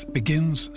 begins